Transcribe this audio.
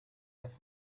left